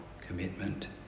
commitment